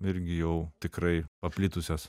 irgi jau tikrai paplitusios